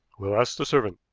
we'll ask the servant.